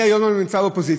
אני לא נמצא היום באופוזיציה,